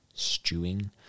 stewing